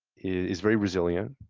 is very resilient.